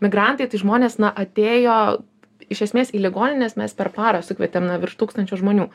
migrantai tai žmonės na atėjo iš esmės į ligonines mes per parą sukvietėm na virš tūkstančio žmonių